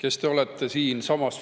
kes te olete siinsamas